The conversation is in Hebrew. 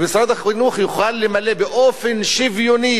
ומשרד החינוך יוכל למלא באופן שוויוני,